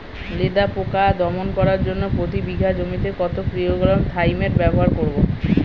লেদা পোকা দমন করার জন্য প্রতি বিঘা জমিতে কত কিলোগ্রাম থাইমেট ব্যবহার করব?